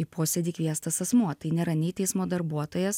į posėdį kviestas asmuo tai nėra nei teismo darbuotojas